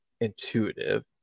intuitive